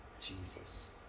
Jesus